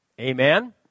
Amen